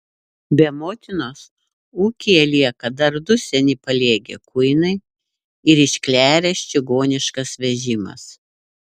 be motinos ūkyje lieka dar du seni paliegę kuinai ir iškleręs čigoniškas vežimas